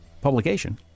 publication